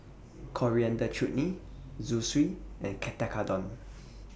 Coriander Chutney Zosui and Tekkadon